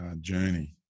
journey